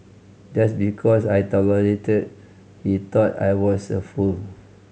just because I tolerated he thought I was a fool